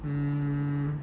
mm